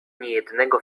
niejednego